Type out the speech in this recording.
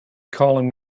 calling